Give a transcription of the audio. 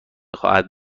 خواهد